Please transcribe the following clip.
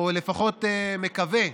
או לפחות מקווה,